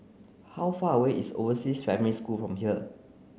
how far away is Overseas Family School from here